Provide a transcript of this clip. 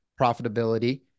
profitability